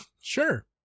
Sure